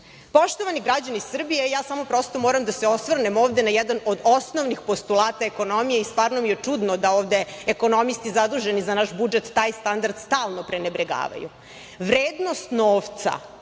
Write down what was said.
stadionu. Poštovani građani Srbije, samo prosto moram da se osvrnem ovde na jedan od osnovnih postulata ekonomije i stvarno mi je čudno da ovde ekonomisti zaduženi za naš budžet taj standard stalno prenebregavaju. Vrednost novca